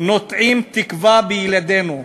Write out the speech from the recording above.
נוטעים תקווה בילדינו.